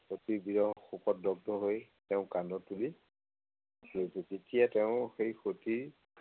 সতীৰ বিৰহ শোকত দগ্ধ হৈ তেওঁক কান্ধত তুলি লৈ ফুৰিছিল তেতিয়া তেওঁ সেই সতী